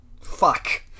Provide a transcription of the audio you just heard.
Fuck